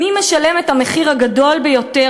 מי משלם את המחיר הגדול ביותר,